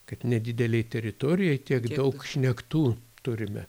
kad nedidelėj teritorijoj tiek daug šnektų turime